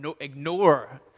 ignore